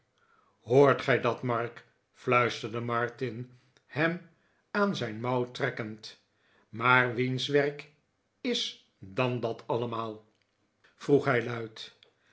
hoort gij dat mark fluisterde martin hem aan zijn mouw trekkend maar wlens werk is dan dat allemaal vroeg hij luid